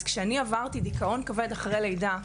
אני עברתי דיכאון כבד אחרי לידה,